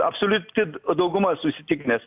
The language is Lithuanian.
absoliuti dauguma esu įsitikinęs